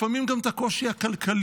לפעמים גם את הקושי הכלכלי,